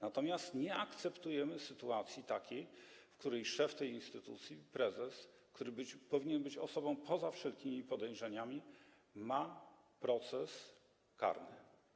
Natomiast nie akceptujemy takiej sytuacji, w której szef tej instytucji, prezes, który powinien być osobą poza wszelkimi podejrzeniami, ma proces karny.